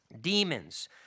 demons